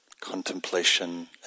contemplation